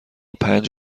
پنج